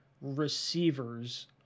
receivers